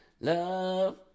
love